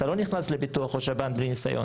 אתה לא נכנס לביטוח או שב"ן בלי ניסיון.